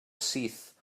syth